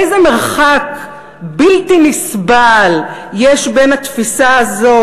איזה מרחק בלתי נסבל יש בין התפיסה הזאת,